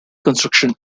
construction